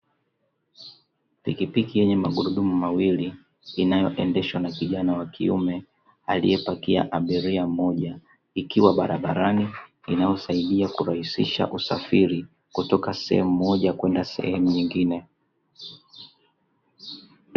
Pikipiki yenye magurudumu mawili inayoendeshwa na kijana wa kiume aliyepakia abiria mmoja ikiwa barabarani inayosaidia kurahisisha usafiri kutoka sehemu moja kwenda sehemu nyingine.